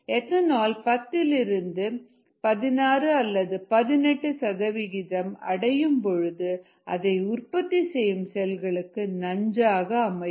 ethanol 10 இலிருந்து 16 18 சதவிகிதம் அடையும் பொழுது அதை உற்பத்தி செய்யும் செல்களுக்கு நஞ்சு ஆக அமையும்